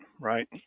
right